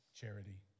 charity